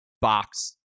box